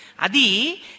Adi